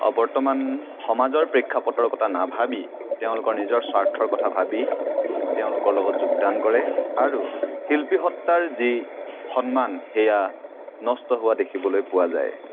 বৰ্তমান সমাজৰ পেক্ষাপথৰ কথা নাভাবি তেওঁলোকৰ নিজৰ স্বাৰ্থৰ কথা ভাবি তেওঁলোকৰ লগত যোগদান কৰে আৰু শিল্পীসত্তাৰ যি সন্মান সেয়া নষ্ট হোৱা দেখিবলৈ পোৱা যায়